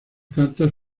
cartas